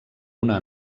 una